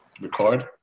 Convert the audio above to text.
record